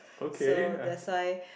so that's why